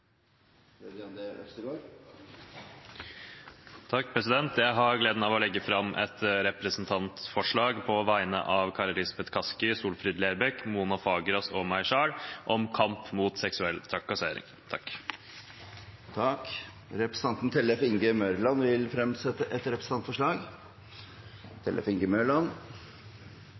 Jeg har gleden av å sette fram et representantforslag på vegne av Kari Elisabeth Kaski, Mona Lill Fagerås, Solfrid Lerbrekk og meg selv om kamp mot seksuell trakassering. Representanten Tellef Inge Mørland vil fremsette et representantforslag.